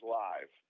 live